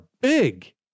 big